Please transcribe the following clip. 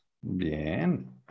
Bien